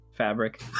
fabric